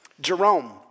Jerome